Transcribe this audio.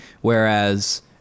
Whereas